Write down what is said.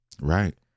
right